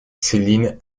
céline